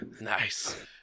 Nice